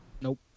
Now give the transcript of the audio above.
Nope